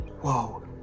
Whoa